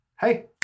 hey